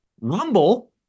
rumble